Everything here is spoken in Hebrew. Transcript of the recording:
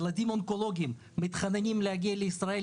ילדים אונקולוגיים מתחננים להגיע לישראל,